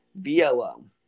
VLO